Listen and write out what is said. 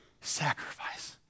sacrifice